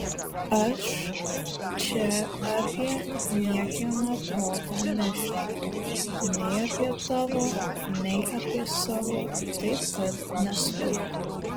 aš čia apie niekieno protą nešneku nei apie tavo nei apie savo taip kad nesvaik